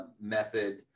method